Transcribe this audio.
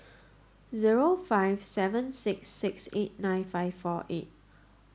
zero five seven six six eight nine five four eight